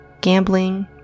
gambling